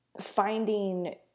finding